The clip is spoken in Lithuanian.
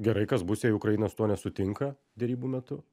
gerai kas bus jei ukraina su tuo nesutinka derybų metu